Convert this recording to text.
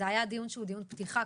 זה היה דיון שהוא דיון פתיחה.